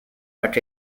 but